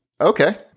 Okay